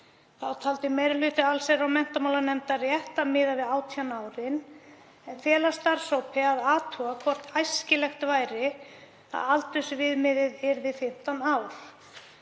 Þá taldi meiri hluti allsherjar- og menntamálanefndar rétt að miða við 18 árin en fela starfshópi að athuga hvort æskilegt væri að aldursviðmiðið yrði 15 ár.